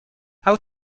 how